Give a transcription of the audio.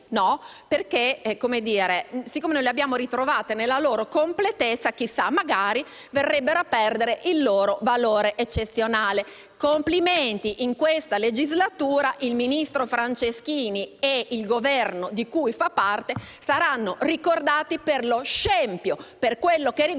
perché, siccome non le abbiamo ritrovate nella loro completezza, verrebbero a perdere il loro valore eccezionale. Complimenti! In questa legislatura il ministro Franceschini e il Governo di cui fa parte saranno ricordati per lo scempio della tutela